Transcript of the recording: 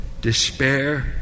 despair